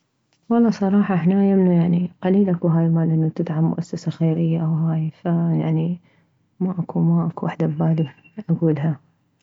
والله صراحة احنا يمنا يعني قليل اكو هاي مال انه تدعم مؤسسة خيرية وهاي فيعني ما اكو ما اكو وحدة ببالي اكولها